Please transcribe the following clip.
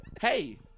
Hey